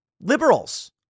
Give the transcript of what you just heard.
liberals